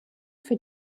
für